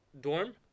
dorm